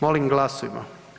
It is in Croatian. Molim glasujmo.